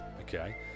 okay